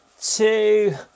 two